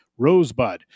Rosebud